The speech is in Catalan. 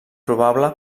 probable